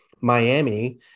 Miami